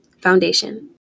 Foundation